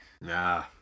Nah